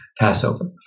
Passover